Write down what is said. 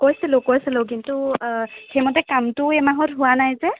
কৈছিলোঁ কৈছিলোঁ কিন্তু সেইমতে কামটো এইমাহত হোৱা নাই যে